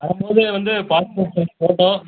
வரும்மோது வந்து passport size photo